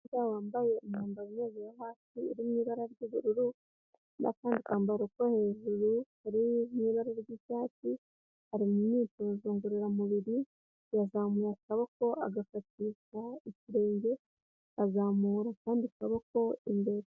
Umukobwa wambaye umwambaro wo hasi uri mu ibara ry'ubururu, n'akandi kambaro ko hejuru kari mu ibara ry'icyatsi ari mu myitozo ngororamubiri, yazamuye amaboko agafatisha ikirenge azamura akandi kaboko imbere.